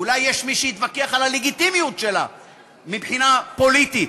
אולי יש מי שיתווכח על הלגיטימיות שלה מבחינה פוליטית,